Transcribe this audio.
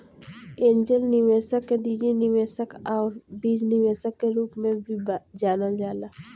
angel निवेशक के निजी निवेशक आउर बीज निवेशक के रूप में भी जानल जाला